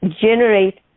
generate